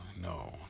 no